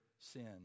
sin